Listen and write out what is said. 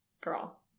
Girl